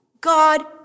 God